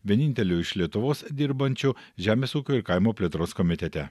vieninteliu iš lietuvos dirbančiu žemės ūkio ir kaimo plėtros komitete